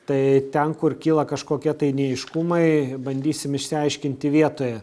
tai ten kur kyla kažkokie neaiškumai bandysim išsiaiškinti vietoje